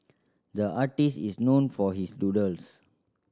the artist is known for his doodles